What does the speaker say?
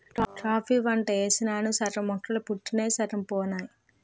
coffee పంట యేసినాను సగం మొక్కలు పుట్టినయ్ సగం పోనాయి